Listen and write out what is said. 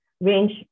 range